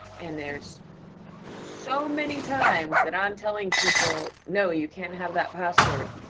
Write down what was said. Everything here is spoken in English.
and there's so many times that i'm telling people, no, you can't have that password.